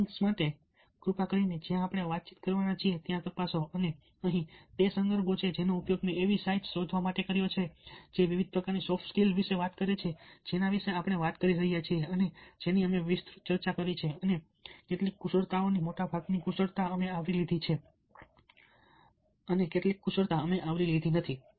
આ લિંક્સ માટે કૃપા કરીને જ્યાં આપણે વાતચીત કરવાના છીએ ત્યાં તપાસો અને અહીં તે સંદર્ભો છે જેનો ઉપયોગ મેં એવી સાઇટ્સ શોધવા માટે કર્યો છે જે વિવિધ પ્રકારની સોફ્ટ સ્કીલ્સ વિશે વાત કરે છે કે જેના વિશે આપણે વાત કરી રહ્યા છીએ અને જેની અમે વિસ્તૃત ચર્ચા કરી છે અને કેટલીક કુશળતાઓની મોટાભાગની કુશળતા અમે આવરી લીધી છે અને કેટલીક કુશળતા અમે આવરી લીધી નથી